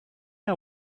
our